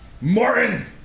Morin